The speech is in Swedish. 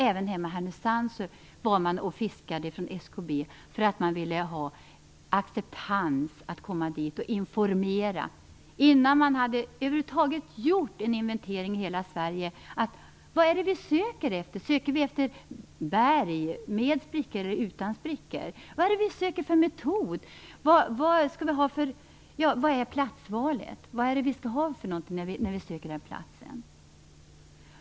Även till Härnösand har SKB kommit för att informera och fiska efter acceptans, innan man över huvud taget hade gjort en inventering i hela Sverige. Vad är det som man söker efter? Söker man efter berg med sprickor eller efter berg utan sprickor? Vilken metod är det som man söker? Vad ser man efter när man söker efter platsen?